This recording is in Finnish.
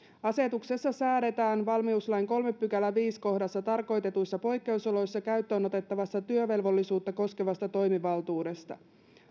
asetuksessa säädetään valmiuslain kolmannen pykälän viidennessä kohdassa tarkoitetuissa poikkeusoloissa käyttöön otettavasta työvelvollisuutta koskevasta toimivaltuudesta